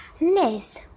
Liz